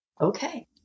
Okay